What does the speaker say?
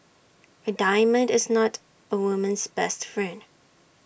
A diamond is not A woman's best friend